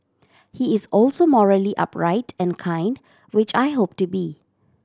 he is also morally upright and kind which I hope to be